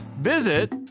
Visit